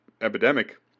epidemic